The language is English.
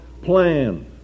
Plan